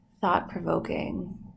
thought-provoking